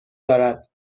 دارد